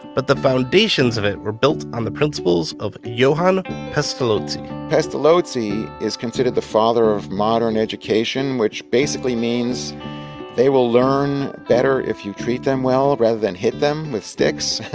but the foundations of it were built on the principles of johann pestalozzi pestalozzi is considered the father of modern education, which basically means they will learn better if you treat them well rather than hit them with sticks,